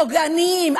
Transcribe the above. פוגעניים,